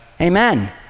Amen